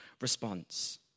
response